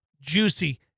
juicy